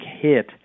hit